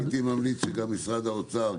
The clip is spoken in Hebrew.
הייתי ממליץ שגם משרד האוצר,